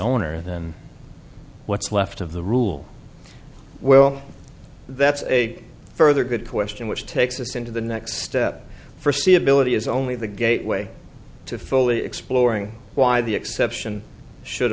owner then what's left of the rule well that's a further good question which takes us into the next step for see ability is only the gateway to fully exploring why the exception should